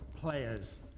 player's